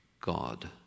God